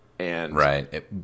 right